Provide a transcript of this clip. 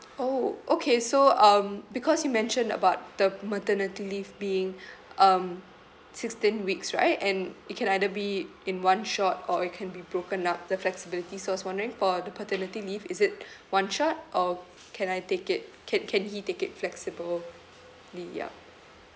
orh okay so um because you mentioned about the maternity leave being um sixteen weeks right and it can either be in one shot or it can be broken up the flexibility so I was wondering for the paternity leave is it one shot or can I take it can can he take it flexibly ya